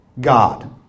God